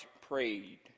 prayed